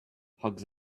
hugs